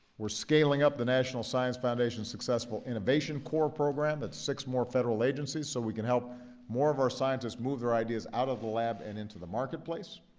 we're scaling up the national science foundation's successful innovation corps program at six more federal agencies so we can help more of our scientists move their ideas out of the lab and into the marketplace.